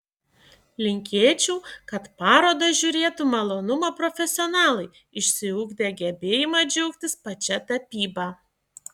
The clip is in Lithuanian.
linkėčiau kad parodą žiūrėtų malonumo profesionalai išsiugdę gebėjimą džiaugtis pačia tapyba